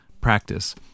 practice